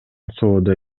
соода